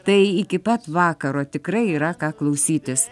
tai iki pat vakaro tikrai yra ką klausytis